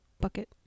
bucket